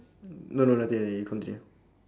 no no nothing already you continue